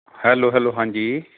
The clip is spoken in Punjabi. ਹੈਲੋ ਹੈਲੋ ਹਾਂਜੀ